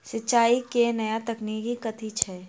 सिंचाई केँ नया तकनीक कथी छै?